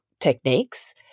techniques